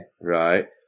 Right